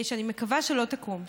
שאני מקווה שלא תקום,